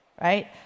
right